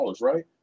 right